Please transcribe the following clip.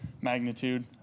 magnitude